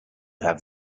have